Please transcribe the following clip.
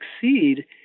succeed